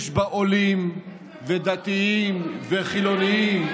יש בה עולים ודתיים וחילונים,